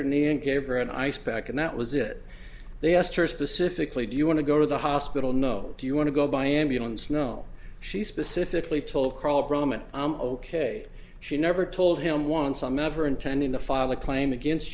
her knee and gave her an ice pack and that was it they asked her specifically do you want to go to the hospital no do you want to go by ambulance no she specifically told crawl promise ok she never told him once i'm never intending to file a claim against